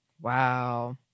Wow